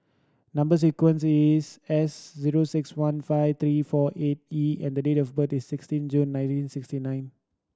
number sequence is S zero six one five three four eight E and date of birth is sixteen June nineteen sixty nine